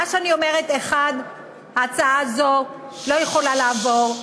מה שאני אומרת: 1. ההצעה הזאת לא יכולה לעבור,